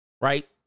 right